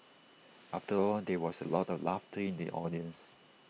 after all there was A lot of laughter in the audience